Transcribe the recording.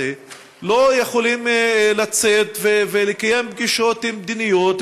לא יכולים לצאת ולקיים פגישות מדיניות,